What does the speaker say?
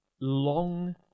long